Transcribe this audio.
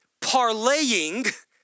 parlaying